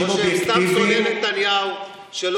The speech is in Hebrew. או שהם סתם שונאי נתניהו, אנשים אובייקטיביים.